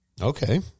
Okay